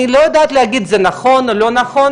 אני לא יודעת להגיד אם זה נכון או לא נכון,